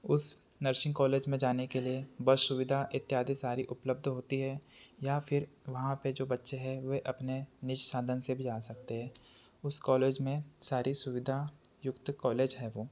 उस nursing college में जाने के लिए बस सुविधा इत्यादि सारी उपलब्ध होती है या फिर वहाँ पर जो बच्चे हैं वे अपने निज़ साधन से भी आ सकते हैं उस कॉलेज में सारी सुविधा युक्त कॉलेज है वो